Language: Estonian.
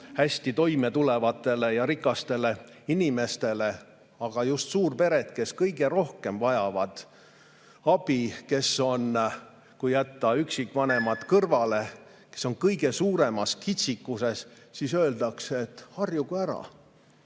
hästi toime tulevatele ja rikastele inimestele. Aga just suurpered vajavad kõige rohkem abi, nad on – kui jätta üksikvanemad kõrvale – kõige suuremas kitsikuses. Siis öeldakse: harjuge ära!